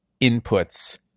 inputs